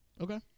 Okay